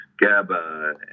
gaba